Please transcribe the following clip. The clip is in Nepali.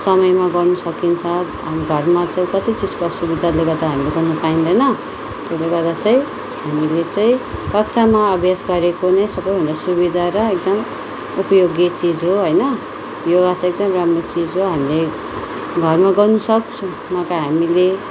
समयमा गर्नु सकिन्छ हाम्रो घरमा चाहिँ कति चिजको असुविधाहरूले गर्दा हामीले गर्नु पाइँदैन त्यसले गर्दा चाहिँ हामीले चाहिँ कक्षामा अभ्यास गरेको नै सबै भन्दा सुविधा र एकदम उपयोगी चिज हो होइन योगा चाहिँ एकदम राम्रो चिज हो हामीले घरमा गर्न सक्छौँ नभए हामीले